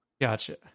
gotcha